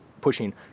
pushing